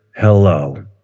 hello